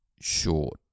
short